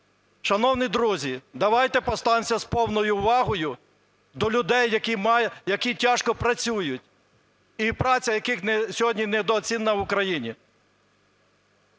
Шановні друзі, давайте поставимося з повною увагою до людей, які мають... які тяжко працюють і праця яких сьогодні недооцінена в Україні.